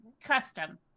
custom